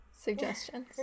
Suggestions